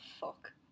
fuck